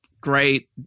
great